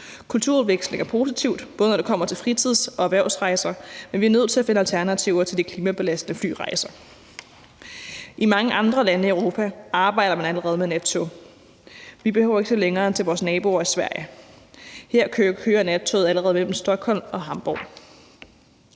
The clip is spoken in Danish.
Kulturudveksling er positivt, både når det kommer til fritids- og erhvervsrejser, men vi er nødt til at finde alternativer til de klimabelastende flyrejser. I mange andre lande i Europa arbejder man allerede med nattog. Vi behøver ikke at se længere end til vores naboer i Sverige. Her kører nattoget allerede fra Stockholm til Hamborg.